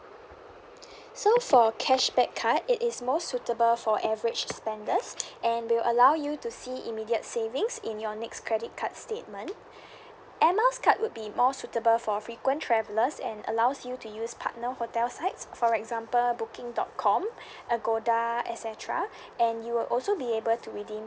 so for cashback card it is most suitable for average spenders and will allow you to see immediate savings in your next credit card statement air miles card would be more suitable for frequent travellers and allows you to use partner hotel sites for example booking dot com agoda et cetera and you will also be able to redeem